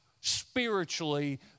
spiritually